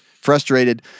Frustrated